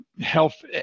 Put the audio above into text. health